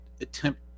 attempt